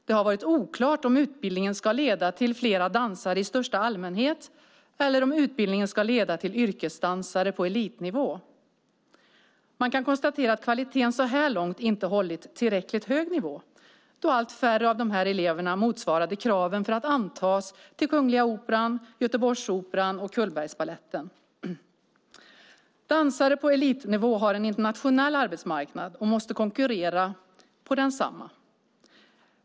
Det har varit oklart om utbildningen ska leda till fler dansare i största allmänhet eller om utbildningen ska leda till yrkesdansare på elitnivå. Man kan vad gäller kvaliteten så här långt konstatera att den inte har hållit tillräckligt hög nivå då allt färre av dessa elever motsvarade kraven för att antas till Kungliga Operan, Göteborgsoperan och Cullbergbaletten. Dansare på elitnivå har en internationell arbetsmarknad och måste konkurrera på densamma.